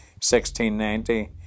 1690